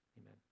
amen